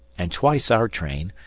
and twice our train,